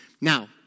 Now